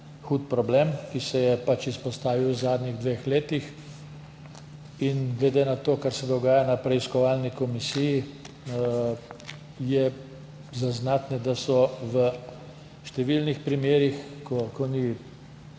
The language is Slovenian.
hud problem, ki se je izpostavil v zadnjih dveh letih. Glede na to, kar se dogaja na preiskovalni komisiji, je zaznati, da so v številnih primerih, ko ni